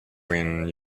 when